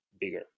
bigger